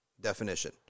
definition